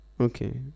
okay